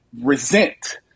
resent